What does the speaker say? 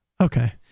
Okay